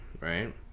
right